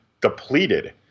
depleted